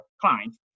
client